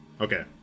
Okay